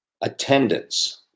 Attendance